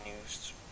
news